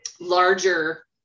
larger